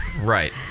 Right